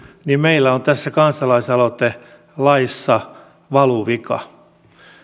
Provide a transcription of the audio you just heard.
niin meillä on tässä kansalaisaloitelaissa valuvika